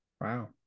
Wow